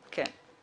האמנה.